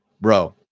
Bro